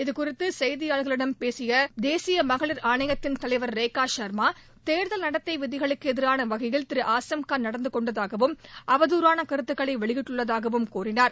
இதுகுறித்து செய்தியாளர்களிடம் தெரிவித்த தேசிய மகளிர் ஆணையத்தின் தலைவர் ரேகா சர்மா தேர்தல் நடத்தை விதிகளுக்கு எதிரான வகையில் திரு ஆசம்கான் நடந்து கொண்டதாகவும் அவதுறான கருத்துக்களை வெளியிட்டுள்ளதாகவும் கூறினார்